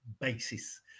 basis